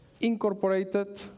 Incorporated